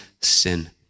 sin